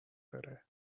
داره